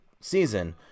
season